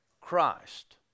Christ